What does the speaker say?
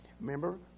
remember